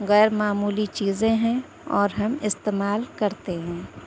غیر معمولی چیزیں ہیں اور ہم استعمال کرتے ہیں